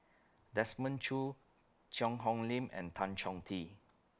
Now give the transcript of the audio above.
Desmond Choo Cheang Hong Lim and Tan Chong Tee